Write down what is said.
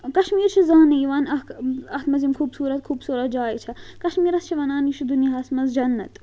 کَشمیٖر چھِ زانٛنہٕ یِوان اَکھ اَتھ منٛز یِم خوٗبصوٗرت خوٗبصوٗرت جاے چھےٚ کَشمیٖرَس چھِ وَنان یہِ چھُ دُنیاہَس منٛز جَنت